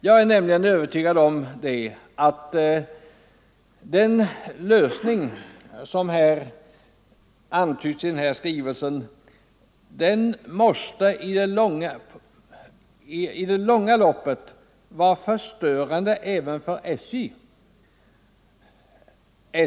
Jag är nämligen övertygad om att den lösning som antyds i den här skrivelsen måste i det långa loppet vara skadlig även för SJ.